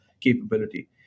capability